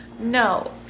No